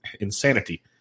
insanity